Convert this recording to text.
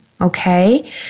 okay